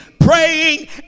praying